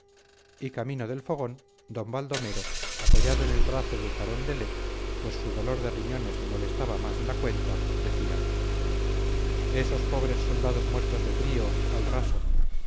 y camino del fogón d baldomero apoyado en el brazo de carondelet pues su dolor de riñones le molestaba más de la cuenta decía esos pobres soldados muertos de frío al raso